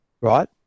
Right